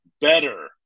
Better